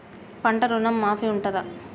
పంట ఋణం మాఫీ ఉంటదా?